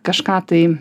kažką tai